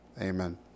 Amen